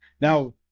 Now